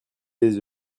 des